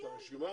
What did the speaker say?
את הרשימה,